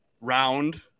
round